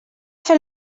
fer